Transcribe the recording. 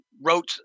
wrote